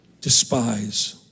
despise